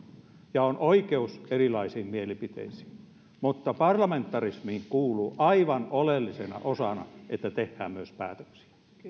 ja on oikeus erilaisiin mielipiteisiin mutta parlamentarismiin kuuluu aivan oleellisena osana että tehdään myös päätöksiä